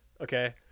Okay